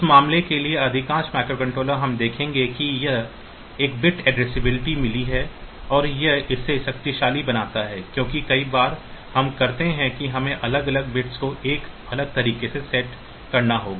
उस मामले के लिए अधिकांश माइक्रोकंट्रोलर हम देखेंगे कि इसे यह बिट एड्रेसबिलिटी मिली है और यह इसे शक्तिशाली बनाता है क्योंकि कई बार हम करते हैं कि हमें अलग अलग बिट्स को एक अलग तरीके से सेट करना होगा